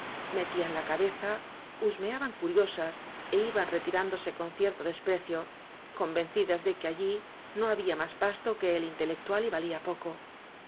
metían la cabeza husmeaban curiosas é iban retirándose con cierto desprecio convencidas de que allí no había más pasto que el intelec tual y valía poco